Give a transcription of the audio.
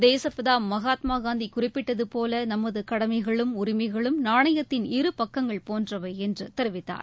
தேசுப்பிதா மகாத்மா காந்தி குறிப்பிட்டது போல நமது கடமைகளும் உரிமைகளும் நாணயத்தின் இரு பக்கங்கள் போன்றவை என்று தெரிவித்தார்